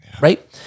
right